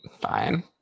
Fine